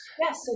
Yes